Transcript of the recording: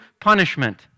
punishment